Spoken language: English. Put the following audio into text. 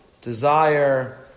desire